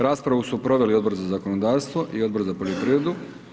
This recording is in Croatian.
Raspravu su proveli Odbor za zakonodavstvo i Odbor za poljoprivredu.